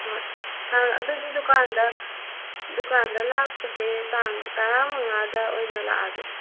ꯍꯣꯏ ꯑꯗꯨꯗꯤ ꯗꯨꯀꯥꯟꯗ ꯗꯨꯀꯥꯟꯗ ꯂꯥꯛꯄꯁꯦ ꯇꯥꯡ ꯇꯔꯥꯃꯉꯥꯗ ꯑꯣꯏꯅ ꯂꯥꯛꯑꯒꯦ